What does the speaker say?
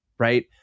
right